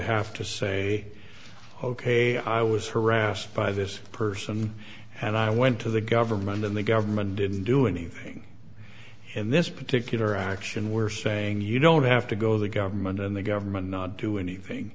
have to say ok i was harassed by this person and i went to the government and the government didn't do anything in this particular action were saying you don't have to go the government and the government not do anything